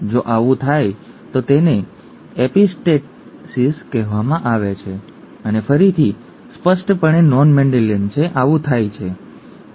જો આવું થાય તો તેને એપિસ્ટેસિસ કહેવામાં આવે છે અને ફરીથી આ સ્પષ્ટપણે નોન મેન્ડેલિયન છે આવું થાય છે